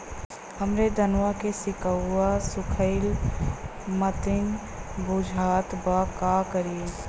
हमरे धनवा के सीक्कउआ सुखइला मतीन बुझात बा का करीं?